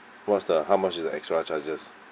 what's the how much is the extra charges